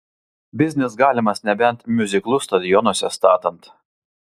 biznis galimas nebent miuziklus stadionuose statant